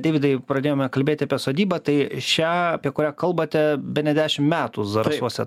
deividai pradėjome kalbėti apie sodybą tai šią apie kurią kalbate bene dešim metų zarasuose